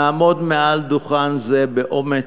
נעמוד מעל דוכן זה באומץ,